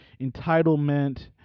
entitlement